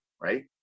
right